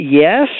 yes